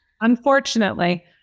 Unfortunately